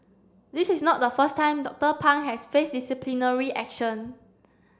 this is not the first time Doctor Pang has faced disciplinary action